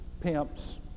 pimps